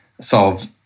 solve